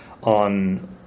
on